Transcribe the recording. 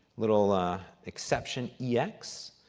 little exception yeah ex.